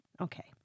Okay